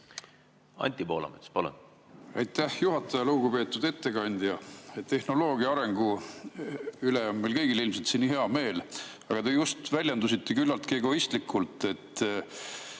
Anti Poolamets, palun! Aitäh, juhataja! Lugupeetud ettekandja! Tehnoloogia arengu üle on meil kõigil siin ilmselt hea meel. Aga te just väljendusite küllaltki egoistlikult –